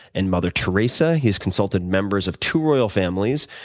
and mother teresa. he's consulted members of two royal families,